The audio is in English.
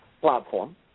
platform